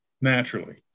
naturally